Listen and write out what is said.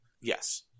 Yes